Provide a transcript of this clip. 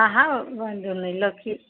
હા હા વાંધો નહીં લખી લઉં